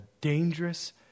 dangerous